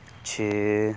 ਛੇ